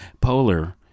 Polar